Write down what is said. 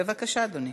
בבקשה, אדוני.